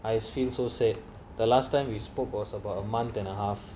I feel so sad the last time we spoke about a month and a half